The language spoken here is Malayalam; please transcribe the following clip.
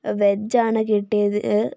വെജാണ് കിട്ടിയത്